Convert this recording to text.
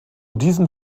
diesem